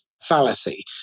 fallacy